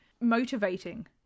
motivating